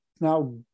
Now